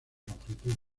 longitud